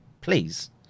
please